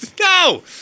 no